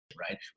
right